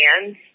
hands